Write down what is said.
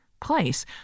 place